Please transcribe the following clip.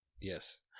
yes